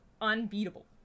unbeatable